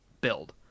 build